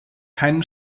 keinen